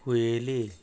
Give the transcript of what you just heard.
कुयेली